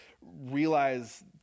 realize